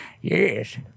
Yes